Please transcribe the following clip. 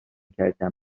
کردن